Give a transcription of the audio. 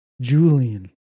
Julian